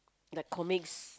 the comics